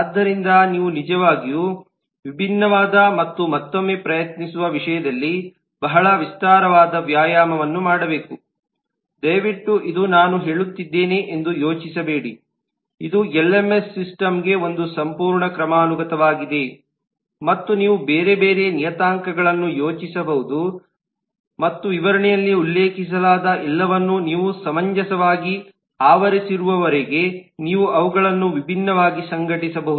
ಆದ್ದರಿಂದ ನೀವು ನಿಜವಾಗಿಯೂ ವಿಭಿನ್ನವಾದ ಮತ್ತು ಮತ್ತೊಮ್ಮೆ ಪ್ರಯತ್ನಿಸುವ ವಿಷಯದಲ್ಲಿ ಬಹಳ ವಿಸ್ತಾರವಾದ ವ್ಯಾಯಾಮವನ್ನು ಮಾಡಬೇಕು ದಯವಿಟ್ಟು ಇದು ನಾನು ಹೇಳುತ್ತಿದ್ದೇನೆ ಎಂದು ಯೋಚಿಸಬೇಡಿ ಇದು ಎಲ್ಎಂಎಸ್ ಸಿಸ್ಟಮ್ಗೆ ಒಂದು ಸಂಪೂರ್ಣ ಕ್ರಮಾನುಗತವಾಗಿದೆ ಮತ್ತು ನೀವು ಬೇರೆ ಬೇರೆ ನಿಯತಾಂಕಗಳನ್ನು ಯೋಚಿಸಬಹುದು ಮತ್ತು ವಿವರಣೆಯಲ್ಲಿ ಉಲ್ಲೇಖಿಸಲಾದ ಎಲ್ಲವನ್ನು ನೀವು ಸಮಂಜಸವಾಗಿ ಆವರಿಸಿರುವವರೆಗೆ ನೀವು ಅವುಗಳನ್ನು ವಿಭಿನ್ನವಾಗಿ ಸಂಘಟಿಸಬಹುದು